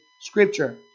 scripture